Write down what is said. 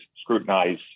scrutinize